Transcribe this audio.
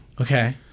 Okay